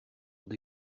hors